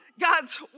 God's